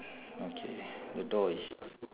okay the door is